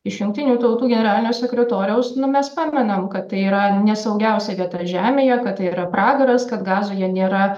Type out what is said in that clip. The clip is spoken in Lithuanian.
iš jungtinių tautų generalinio sekretoriaus nu mes pamenam kad tai yra nesaugiausia vieta žemėje kad tai yra pragaras kad gazoje nėra